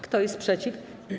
Kto jest przeciw?